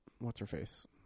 What's-her-face